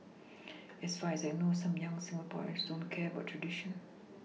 as far as I know some young Singaporeans don't care about traditions